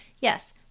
yes